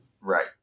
right